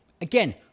Again